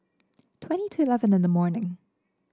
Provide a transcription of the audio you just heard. twenty to eleven in the morning